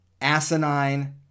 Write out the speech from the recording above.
asinine